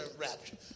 rapture